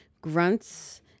grunts